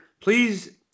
Please